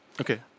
Okay